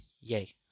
yay